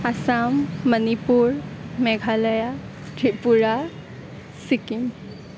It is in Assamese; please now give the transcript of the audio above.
আসাম মণিপুৰ মেঘালয়া ত্ৰিপুৰা ছিকিম